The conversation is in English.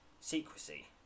Secrecy